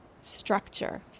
structure